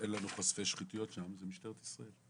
שאין לנו חושפי שחיתויות שם זה משטרת ישראל.